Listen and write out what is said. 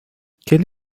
quelle